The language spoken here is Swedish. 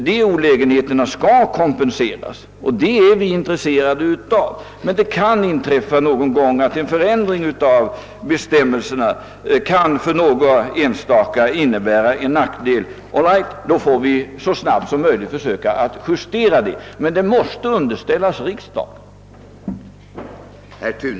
De olägenheterna skall kompenseras, och det är vi intresserade av. Men det kan någon gång inträffa att en förändring av bestämmelserna för några enstaka innebär nackdelar. Och all right, då får vi försöka att så snabbt som möjligt justera saken, men frågan måste underställas riksdagen.